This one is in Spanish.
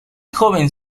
joven